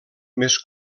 més